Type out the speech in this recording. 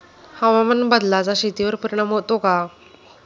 हवामान बदलाचा शेतीवर परिणाम होतो का?